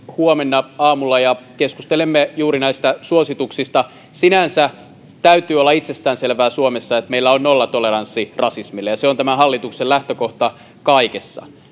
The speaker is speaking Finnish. huomenna aamulla ja keskustelemme juuri näistä suosituksista sinänsä täytyy olla itsestäänselvää suomessa että meillä on nollatoleranssi rasismille ja se on tämän hallituksen lähtökohta kaikessa